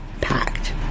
packed